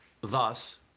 Thus